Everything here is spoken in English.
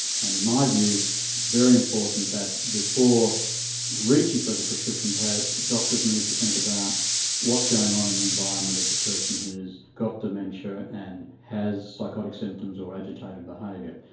and in my view it's very important that before reaching for the prescription pad doctors need to think about what's going on in the environment of the person who's got dementia and has psychotic symptoms or agitated behaviour.